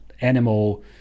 animal